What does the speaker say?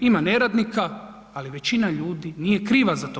Ima neradnika, ali većina ljudi nije kriva za to.